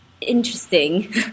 interesting